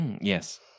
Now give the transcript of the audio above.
Yes